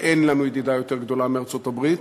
ואין לנו ידידה יותר גדולה מארצות-הברית,